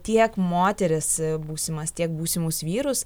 tiek moteris būsimas tiek būsimus vyrus